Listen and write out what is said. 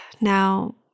Now